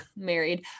married